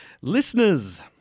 Listeners